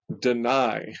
deny